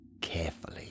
Carefully